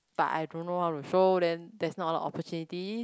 but I don't know how to show them that's not the opportunity